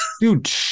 Dude